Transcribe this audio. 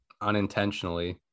unintentionally